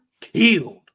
killed